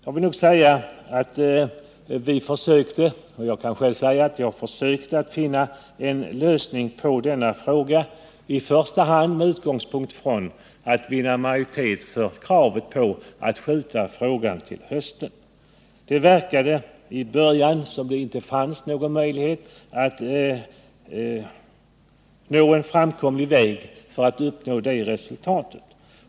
Jag vill till detta säga att vi försökte finna en lösning på den här frågan i första hand med utgångspunkt i att vi ville vinna majoritet för kravet på att skjuta frågan till hösten. I början verkade det som om det inte fanns någon möjlighet att klara detta.